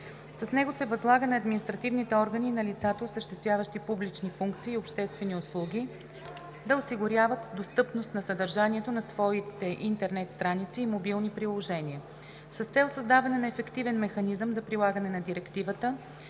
С него се възлага на административните органи и на лицата, осъществяващи публични функции и обществени услуги, да осигуряват достъпност на съдържанието на своите интернет страници и мобилни приложения. С цел създаване на ефективен механизъм за прилагане на Директивата